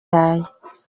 wanjye